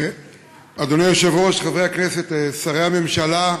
אדוני היושב-ראש, חברי הכנסת, שרי הממשלה,